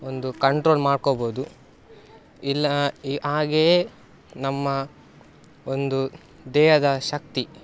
ಒಂದು ಕಂಟ್ರೋಲ್ ಮಾಡ್ಕೊಬೋದು ಇಲ್ಲ ಈ ಹಾಗೆಯೇ ನಮ್ಮ ಒಂದು ದೇಹದ ಶಕ್ತಿ